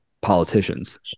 politicians